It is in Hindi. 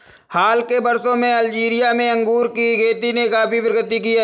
हाल के वर्षों में अल्जीरिया में अंगूर की खेती ने काफी प्रगति की है